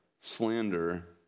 slander